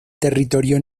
territorio